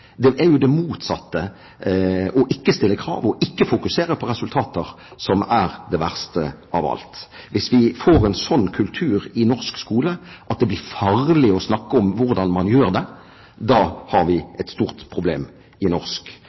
er det verste av alt. Hvis vi får en sånn kultur i skolen at det blir farlig å snakke om hvordan man gjør det, da har vi et stort problem i norsk